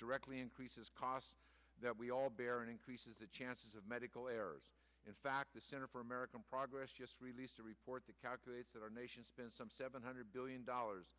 directly increases costs that we all bear and increases the chances of medical errors in fact the center for american progress just released a report that calculates that our nation some seven hundred billion dollars